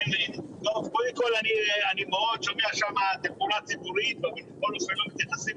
קודם כל אני שומע שם תחבורה ציבורית ואתם לא מתייחסים